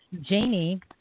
Janie